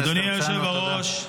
אדוני היושב-ראש,